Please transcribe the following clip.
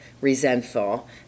resentful